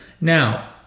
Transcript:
Now